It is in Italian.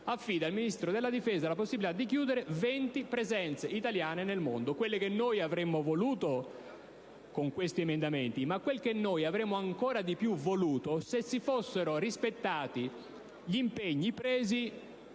affida al Ministro della difesa la possibilità di chiudere venti presenze italiane nel mondo. Ciò che noi avremmo voluto con questi emendamenti, ma che avremmo ancor più voluto se si fossero rispettati gli impegni